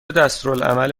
دستورالعمل